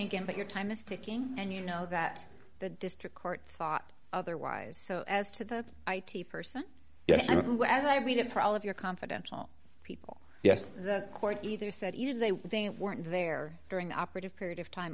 again but your time is ticking and you know that the district court thought otherwise so as to the person yes as i read it for all of your confidential people yes the court either said you know they weren't there during the operative period of time